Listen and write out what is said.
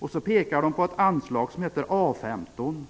Majoriteten pekar på ett anslag som heter A 15.